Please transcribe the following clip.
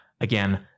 again